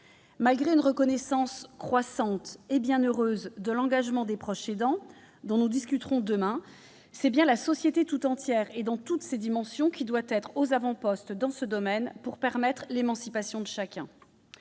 Malgré une reconnaissance croissante et heureuse de l'engagement des proches aidants- nous en discuterons demain -, c'est bien la société tout entière et dans toutes ses dimensions qui doit être aux avant-postes dans ce domaine, pour permettre l'émancipation de chacun.